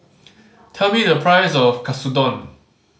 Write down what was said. tell me the price of Katsudon